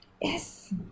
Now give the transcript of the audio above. Yes